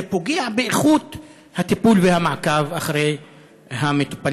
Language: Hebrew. וזה פוגע באיכות הטיפול והמעקב אחרי המטופלים.